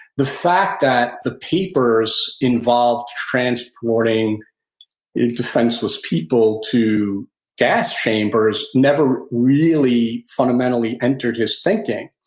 the fact that the papers involved transporting defenseless people to gas chambers never really fundamentally entered his thinking.